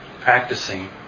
practicing